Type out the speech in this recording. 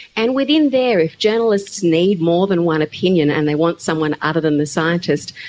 and within there, if journalists need more than one opinion and they want someone other than the scientist,